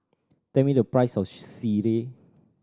tell me the price of sireh